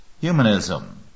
humanism